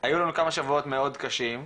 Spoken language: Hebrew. היו לנו כמה שבועות מאוד קשים,